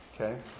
Okay